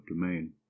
domain